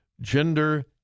gender